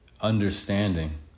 understanding